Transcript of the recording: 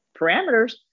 parameters